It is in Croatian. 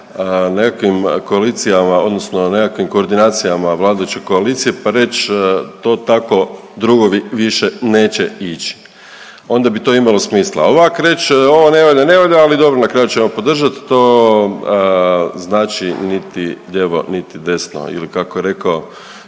nekakvim koalicijama odnosno nekakvim koordinacija vladajuće koalicije, pa reć to tako drugovi više neće ići, onda bi to imalo smisla, a ovak reć ovo ne valja, ne valja, ali dobro na kraju ćemo podržati, to znači niti lijevo, niti desno ili kako je rekao